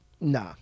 Nah